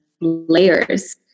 layers